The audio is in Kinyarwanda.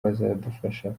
bazadufasha